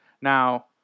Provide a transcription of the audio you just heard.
Now